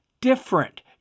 different